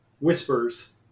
Whispers